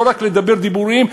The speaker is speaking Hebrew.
לא רק לדבר דיבורים,